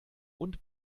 und